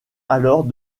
alors